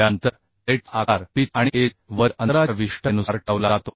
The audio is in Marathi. त्यानंतर प्लेटचा आकार पिच आणि एज वरील अंतराच्या विशिष्टतेनुसार ठरवला जातो